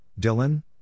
Dylan